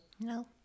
No